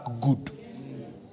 good